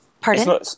Pardon